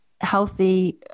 healthy